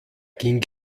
ging